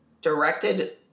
directed